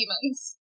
Demons